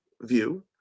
view